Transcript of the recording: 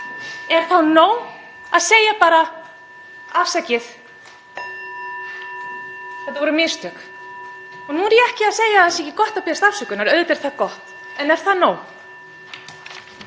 er þá nóg að segja bara: Afsakið, það voru mistök? Nú er ég ekki að segja að það sé ekki gott að biðjast afsökunar. Auðvitað er það gott. En er það nóg?